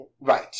Right